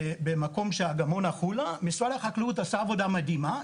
באגמון החולה משרד החקלאות עשה עבודה מדהימה,